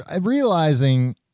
Realizing